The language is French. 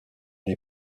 des